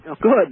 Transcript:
Good